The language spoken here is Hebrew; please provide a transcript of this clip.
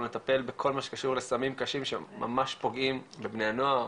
לטפל בכל מה שקשור לסמים קשים שממש פוגעים בבני נוער,